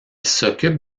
s’occupe